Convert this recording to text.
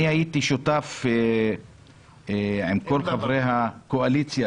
אני הייתי שותף עם כל חברי הקואליציה